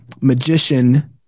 magician